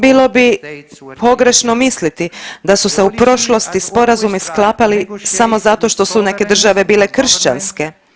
Bilo bi pogrešno misliti da su se u prošlosti sporazumi sklapali samo zato što su neke države bile kršćanske.